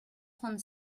trente